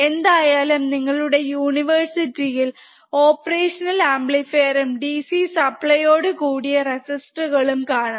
എന്തായാലും നിങ്ങളുടെ യൂണിവേഴ്സിറ്റി ഇൽ ഓപ്പറേഷണൽ അമ്പ്ലിഫീറും DC സപ്ലൈയോട് കൂടിയ റെസിസ്റ്റോറുകളും കാണും